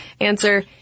Answer